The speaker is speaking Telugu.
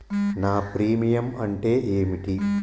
నా ప్రీమియం అంటే ఏమిటి?